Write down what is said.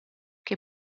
che